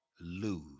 lose